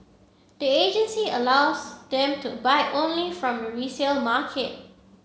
the agency allows them to buy only from resale market